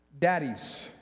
daddies